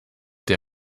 der